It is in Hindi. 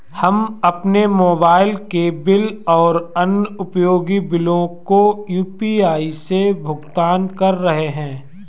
हम अपने मोबाइल के बिल और अन्य उपयोगी बिलों को यू.पी.आई से भुगतान कर रहे हैं